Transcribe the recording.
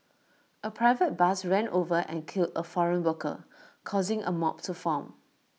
A private bus ran over and killed A foreign worker causing A mob to form